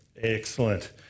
excellent